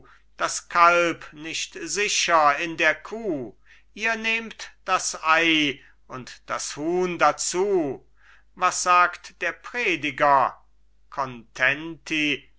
das kalb nicht sicher in der kuh ihr nehmt das ei und das huhn dazu was sagt der prediger contenti